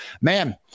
man